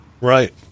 right